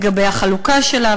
של החלוקה שלה,